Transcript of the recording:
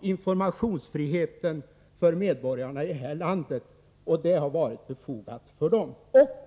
informationsfriheten för medborgarna i det här landet, och det har varit befogat.